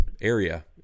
area